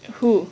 who